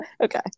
Okay